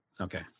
okay